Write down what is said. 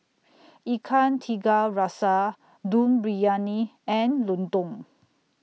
Ikan Tiga Rasa Dum Briyani and Lontong